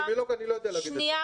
כאפידמיולוג אני לא יודע להגיד את זה,